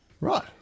right